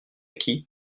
qui